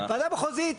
בוועדה מחוזית,